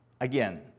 Again